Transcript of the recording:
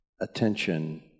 attention